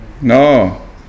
No